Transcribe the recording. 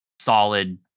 solid